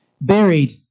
buried